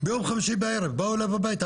ביום חמישי בערב באו אליו הביתה,